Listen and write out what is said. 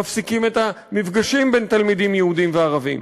מפסיקים את המפגשים בין תלמידים יהודים וערבים.